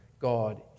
God